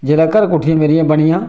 जेल्लै घर कोठिया मेरीयां बनियां